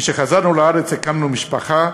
משחזרנו לארץ הקמנו משפחה,